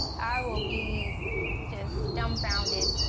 i will be just dumbfounded.